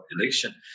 election